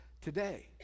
today